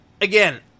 again